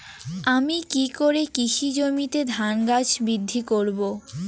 আমি কী করে কৃষি জমিতে ধান গাছ বৃদ্ধি করব?